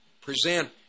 present